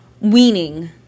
weaning